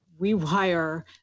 rewire